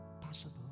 possible